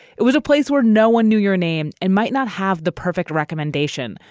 it was a place where no one knew your name and might not have the perfect recommendation.